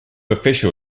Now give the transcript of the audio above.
official